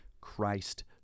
Christ